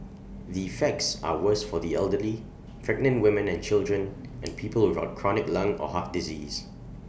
the effects are worse for the elderly pregnant women and children and people chronic lung or heart disease